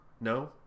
No